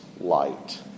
light